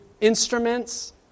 instruments